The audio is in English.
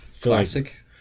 classic